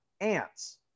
ants